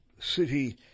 city